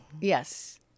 Yes